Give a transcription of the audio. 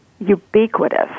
ubiquitous